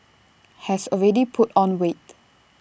has already put on weight